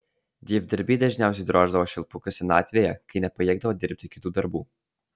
dievdirbiai dažniausiai droždavo švilpukus senatvėje kai nepajėgdavo dirbti kitų darbų